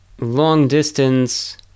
long-distance